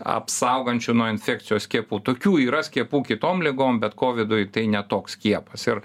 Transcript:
apsaugančių nuo infekcijos skiepų tokių yra skiepų kitom ligom bet koviduj tai ne toks skiepas ir